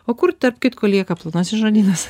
o kur tarp kitko lieka plonasis žarnynas